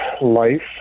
life